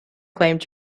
claimed